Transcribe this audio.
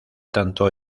tanto